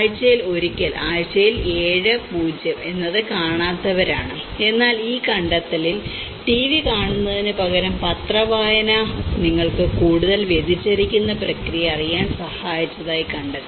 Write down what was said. ആഴ്ചയിൽ ഒരിക്കൽ ആഴ്ചയിൽ 7 0 എന്നത് കാണാത്തവരാണ് എന്നാൽ ഈ കണ്ടെത്തലിൽ ടിവി കാണുന്നതിനുപകരം പത്രവായന നിങ്ങൾക്ക് കൂടുതൽ വ്യതിചലിക്കുന്ന പ്രക്രിയയെ അറിയാൻ സഹായിച്ചതായി അവർ കണ്ടെത്തി